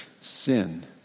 sin